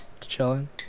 chilling